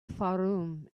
fayoum